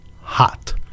hot